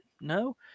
No